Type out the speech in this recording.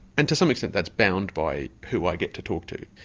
and to some extent that's bound by who i get to talk to.